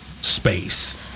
space